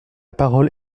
parole